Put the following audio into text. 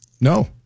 No